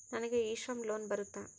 ನನಗೆ e Shram loan ಬರುತ್ತಾ?